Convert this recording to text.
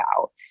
out